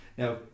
Now